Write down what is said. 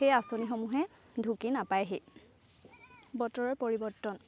এই আঁচনি সমূহে ঢুকি নাপায়হি বতৰৰ পৰিৱৰ্তন